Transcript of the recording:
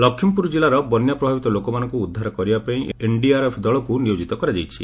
ଲକ୍ଷ୍ମୀପୁର ଜିଲ୍ଲାର ବନ୍ୟା ପ୍ରଭାବିତ ଲୋକମାନଙ୍କୁ ଉଦ୍ଧାର କରିବା ପାଇଁ ଏନ୍ଡିଆର୍ଏଫ୍ ଦଳକୁ ନିୟୋକିତ କରାଯାଇଛି